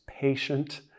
patient